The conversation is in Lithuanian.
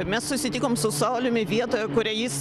mes susitikom su sauliumi vietoje kurią jis